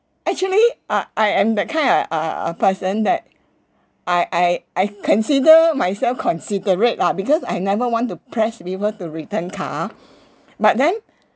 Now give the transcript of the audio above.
actually uh I am that kind of uh a person that I I I consider myself considerate lah because I never want to press people to return car but then